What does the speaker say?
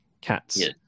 cats